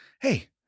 hey –